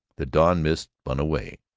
the dawn mist spun away.